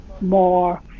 more